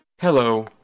Hello